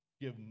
Give